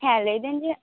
ᱦᱮᱸ ᱞᱟᱹᱭᱫᱤᱧ ᱡᱮ